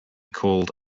called